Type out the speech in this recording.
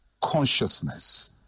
consciousness